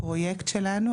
הפרויקט שלנו,